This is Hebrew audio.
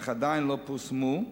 אך עדיין לא פורסמו,